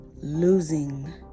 Losing